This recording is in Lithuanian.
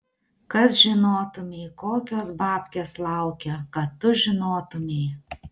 kad žinotumei kokios babkės laukia kad tu žinotumei